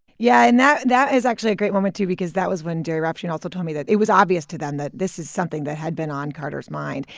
yeah, and that that is actually a great moment, too, because that was when gerry rafshoon also told me that it was obvious to them that this is something that had been on carter's mind.